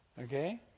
Okay